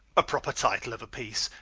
a proper title of a peace,